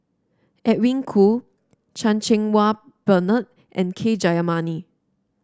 Edwin Koo Chan Cheng Wah Bernard and K Jayamani